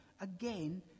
again